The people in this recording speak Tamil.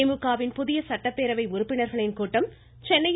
திமுக வின் புதிய சட்டப்பேரவை உறுப்பினர்களின் கூட்டம் சென்னையில்